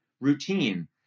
routine